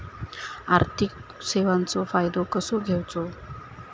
आर्थिक सेवाचो फायदो कसो घेवचो?